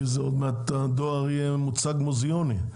לפי זה עוד מעט הדואר יהיה מוצג מוזיאוני.